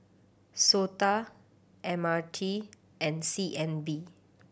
SOTA M R T and C N B